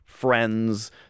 friends